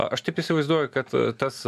aš taip įsivaizduoju kad tas